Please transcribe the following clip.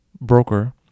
broker